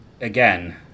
again